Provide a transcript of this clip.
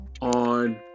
on